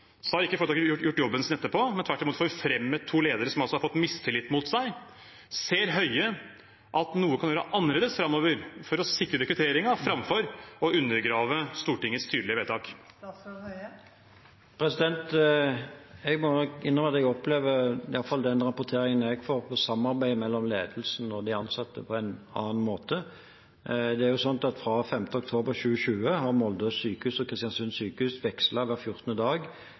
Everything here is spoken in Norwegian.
så har ikke foretaket gjort jobben sin etterpå, men tvert imot forfremmet to ledere som altså har fått mistillit mot seg. Ser Høie at noe kan gjøres annerledes framover for å sikre rekrutteringen, framfor å undergrave Stortingets tydelige vedtak? Jeg må innrømme at jeg opplever, i hvert fall i den rapporteringen jeg får, samarbeidet mellom ledelsen og de ansatte på en annen måte. Fra 5. oktober 2020 har Molde sjukehus og Kristiansund sjukehus vekslet hver 14. dag